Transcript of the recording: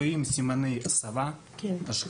אחת מהסיבות לכך שלפי חוק בארצות הברית מה